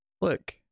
Look